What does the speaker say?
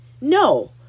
No